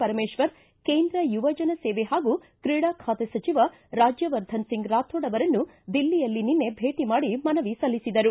ಪರಮೇಶ್ವರ್ ಕೇಂದ್ರ ಯುವಜನ ಸೇವೆ ಹಾಗೂ ಕ್ರೀಡಾ ಖಾತೆ ಸಚಿವ ರಾಜ್ಯವರ್ಧನ್ ಸಿಂಗ್ ರಾಥೋಡ್ ಅವರನ್ನು ದಿಲ್ಲಿಯಲ್ಲಿ ನಿನ್ನೆ ಭೇಟಿ ಮಾಡಿ ಮನವಿ ಸಲ್ಲಿಸಿದರು